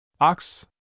Ox